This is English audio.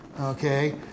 Okay